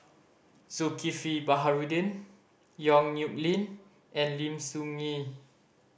Zulkifli Baharudin Yong Nyuk Lin and Lim Soo Ngee